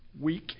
Week